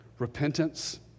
Repentance